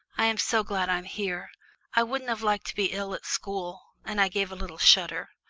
i am so glad i'm here i wouldn't have liked to be ill at school, and i gave a little shudder.